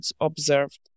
observed